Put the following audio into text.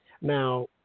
Now